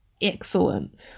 excellent